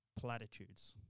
platitudes